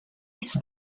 his